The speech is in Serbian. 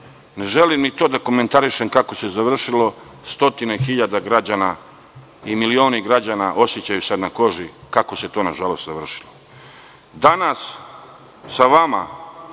ne želim ni to da komentarišem kako se završilo. Stotine hiljada građana i milioni građana osećaju sada na koži, nažalost, kako se to završilo.